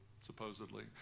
supposedly